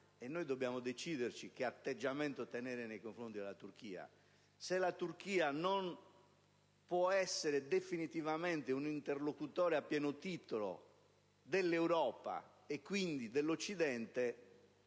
Noi dobbiamo decidere quale atteggiamento assumere nei confronti della Turchia. Se la Turchia non può essere definitivamente un interlocutore a pieno titolo dell'Europa, e quindi dell'Occidente,